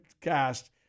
cast